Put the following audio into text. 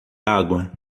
água